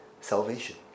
salvation